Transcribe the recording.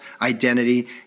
identity